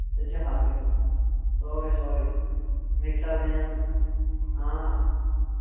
تَتہِ چھُ ہرٕ کیٚنہہ سورُے سورُے مِکسر بَنن آ